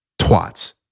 twats